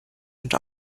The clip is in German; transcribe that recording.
unter